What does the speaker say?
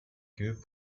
que